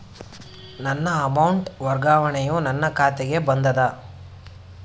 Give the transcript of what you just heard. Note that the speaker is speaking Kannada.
ನನ್ನ ಅಮೌಂಟ್ ವರ್ಗಾವಣೆಯು ನನ್ನ ಖಾತೆಗೆ ಬಂದದ